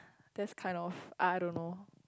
that's kind of I don't know